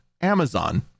Amazon